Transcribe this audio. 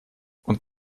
und